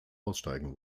aussteigen